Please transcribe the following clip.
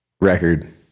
record